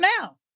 now